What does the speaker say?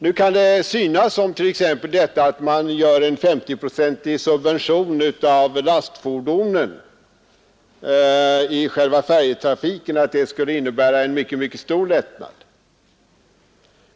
Nu kan det synas som om t.ex. detta att man gör en 50-procentig subvention av lastfordonen i själva färjetrafiken skulle innebära en mycket stor lättnad.